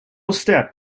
step